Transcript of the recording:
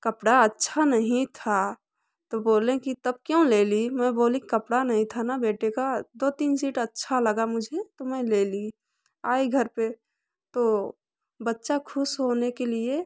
कपड़ा अच्छा नहीं था तो बोले कि तब क्यों ले ली मैं बोली कि कपड़ा नहीं था न बेटे का दो तीन सीट अच्छा लगा मुझे तो मैं ले ली आई घर पर तो बच्चा खुश होने के लिए